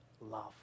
love